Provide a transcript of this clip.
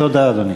תודה, אדוני.